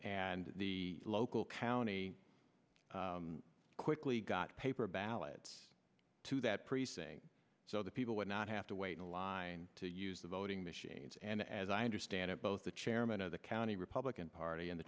and the local county quickly got paper ballots to that precinct so that people would not have to wait in line to use the voting machines and as i understand it both the chairman of the county republican party and the